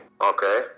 Okay